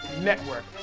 Network